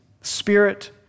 Spirit